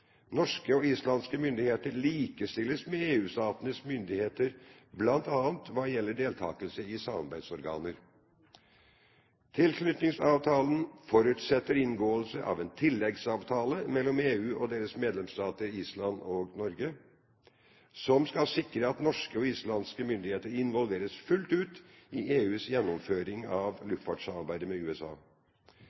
Norske og islandske myndigheter likestilles med EU-statenes myndigheter bl.a. hva gjelder deltakelse i samarbeidsorganer. Tilknytningsavtalen forutsetter inngåelse av en tilleggsavtale mellom EU og dens medlemsstater, Island og Norge, som skal sikre at norske og islandske myndigheter involveres fullt ut i EUs gjennomføring av luftfartssamarbeidet med USA.